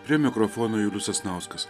prie mikrofono julius sasnauskas